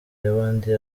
y’abandi